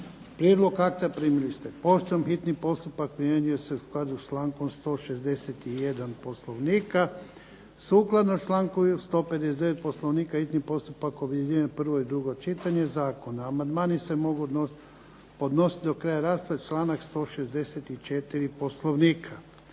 Prijedlog akta primili ste poštom. Hitni postupak primjenjuje se u skladu sa člankom 161. Poslovnika. Sukladno članku 159. Poslovnika hitni postupak objedinjuje prvo i drugo čitanje Zakona. Amandmani se mogu podnositi do kraja rasprave, članak 164. Poslovnika.